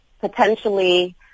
potentially